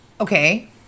Okay